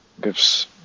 gives